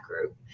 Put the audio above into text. group